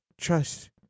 trust